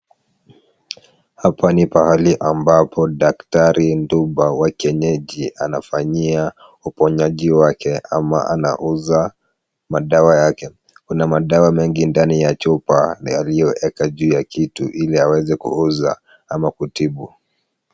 Hapa ni pahali ambapo daktari Mduba wa kienyeji anafanyia uponyaji wake ama anauza madawa yake. Kuna madawa mengi ndani ya chupa aliyoweka juu ya kitu ili aweze kuuza ama kutibu.